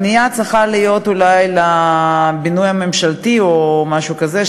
הפנייה צריכה להיות אולי לבינוי הממשלתי או משהו כזה,